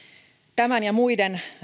tämän ja muiden